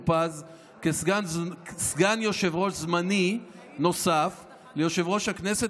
פז כסגן יושב-ראש זמני נוסף ליושב-ראש הכנסת,